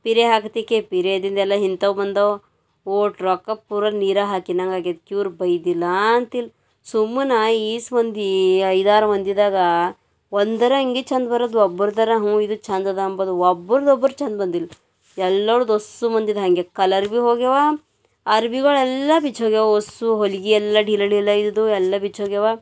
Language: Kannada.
ಪಿರೇ ಹಾಕತಿಕೆ ಪಿರೇ ಇದ್ದಿದೆಲ್ಲ ಇಂಥವ್ ಬಂದವು ಓಟ್ ರೊಕ್ಕ ಪೂರ ನೀರಾಗೆ ಹಾಕಿನಂಗಾಗೈತು ಚೂರು ಬೈದಿಲ್ಲಾಂತಿಲ್ಲ ಸುಮ್ಮನೆ ಈಸ್ ಮಂದಿ ಐದಾರು ಮಂದಿದಾಗ ಒಂದರ ಅಂಗಿ ಛಂದ್ ಬರಲ್ದು ಒಬ್ಬರ್ದರ ಹ್ಞೂ ಇದು ಛಂದದ ಅಂಬದು ಒಬ್ರದೊಬ್ಬರ ಛಂದ್ ಬಂದಿಲ್ಲ ಎಲ್ಲರ್ದು ಒಸ್ಸು ಮಂದಿದು ಹಂಗೆ ಕಲರ್ ಬಿ ಹೋಗ್ಯವ ಅರ್ವಿಗಳೆಲ್ಲ ಬಿಚ್ಚೋಗ್ಯವ ಒಸು ಹೊಲಿಗೆ ಎಲ್ಲ ಡಿಲ ಡಿಲ ಇಡ್ದು ಎಲ್ಲ ಬಿಚ್ಚೋಗ್ಯವೆ